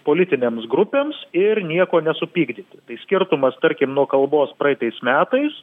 politinėms grupėms ir nieko nesupykdyti tai skirtumas tarkim nuo kalbos praeitais metais